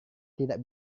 tidak